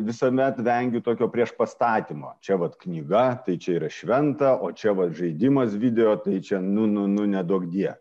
visuomet vengiu tokio priešpastatymo čia vat knyga tai čia yra šventa o čia va žaidimas video tai čia nu nu nu neduok die